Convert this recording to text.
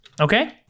Okay